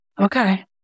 Okay